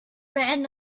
ran